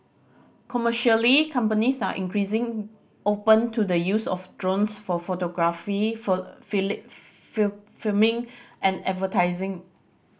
commercially companies are increasing open to the use of drones for photography filming and advertising